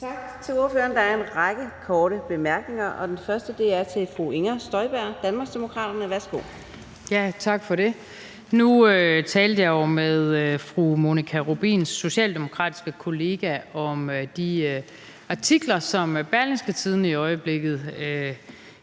Tak til ordføreren. Der er en række korte bemærkninger, og den første er til fru Inger Støjberg, Danmarksdemokraterne. Værsgo. Kl. 15:51 Inger Støjberg (DD): Tak for det. Nu talte jeg jo med fru Monika Rubins socialdemokratiske kollega om de artikler, som Berlingske i øjeblikket